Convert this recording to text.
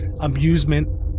amusement